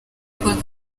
paul